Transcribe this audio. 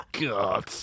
god